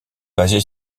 basée